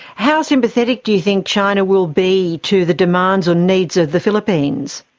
how sympathetic do you think china will be to the demands or needs of the philippines?